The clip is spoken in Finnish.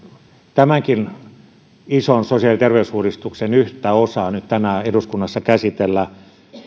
tämänkin ison sosiaali ja terveysuudistuksen yhtä osaa nyt tänään eduskunnassa käsitellään